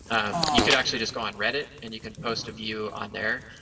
and you could actually just go on reddit, and you can post a view on there,